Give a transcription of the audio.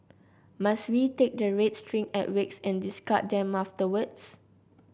must we take the red string at wakes and discard them afterwards